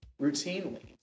routinely